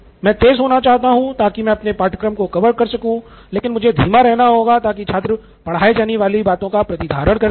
मैं तेज होना चाहता हूं ताकि मैं अपने पाठ्यक्रम को कवर कर सकूं लेकिन मुझे धीमा रहना होगा ताकि छात्र पढ़ाए जाने वाली बातों का प्रतिधारण कर सके